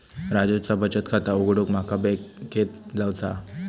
राजूचा बचत खाता उघडूक माका बँकेत जावचा हा